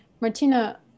Martina